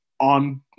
on